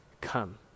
come